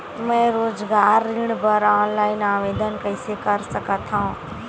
मैं रोजगार ऋण बर ऑनलाइन आवेदन कइसे कर सकथव?